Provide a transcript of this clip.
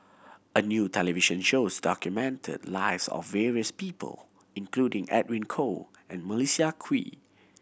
a new television shows documented the lives of various people including Edwin Koo and Melissa Kwee